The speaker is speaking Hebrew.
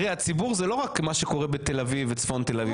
הציבור זה לא רק מה שקורה בתל אביב וצפון תל אביב.